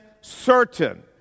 certain